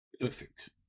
Perfect